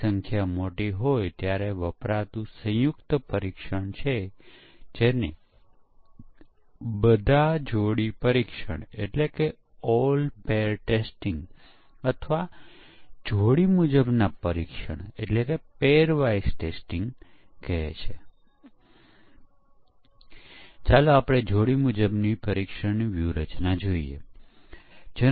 બીજી તરફ આપણી પાસે પણ થોડા દોષ આધારિત પરીક્ષણો છે જ્યાં આપણે ખરેખર કવરેજને લક્ષ્ય આપતા નથી પરંતુ આ તે દર્શાવાનો પ્રયાસ કરીએ છીએ કે ચોક્કસ પ્રકારના ભૂલોનું પરીક્ષણ કરવામાં આવ્યું છે કે નહીં